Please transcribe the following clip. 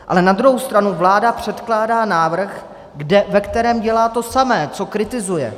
Ale na druhou stranu vláda předkládá návrh, ve kterém dělá to samé, co kritizuje.